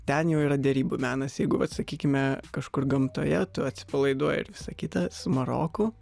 ten jau yra derybų menas jeigu vat sakykime kažkur gamtoje tu atsipalaiduoji ir visa kita su maroku